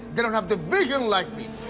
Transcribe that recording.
they don't have the vision like me!